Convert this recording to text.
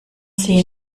sie